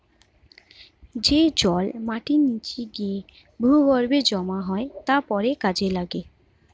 যে জল মাটির নিচে গিয়ে ভূগর্ভে জমা হয় তা পরে কাজে লাগে